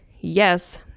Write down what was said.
yes